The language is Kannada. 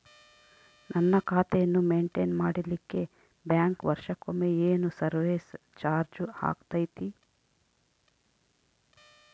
ನನ್ನ ಖಾತೆಯನ್ನು ಮೆಂಟೇನ್ ಮಾಡಿಲಿಕ್ಕೆ ಬ್ಯಾಂಕ್ ವರ್ಷಕೊಮ್ಮೆ ಏನು ಸರ್ವೇಸ್ ಚಾರ್ಜು ಹಾಕತೈತಿ?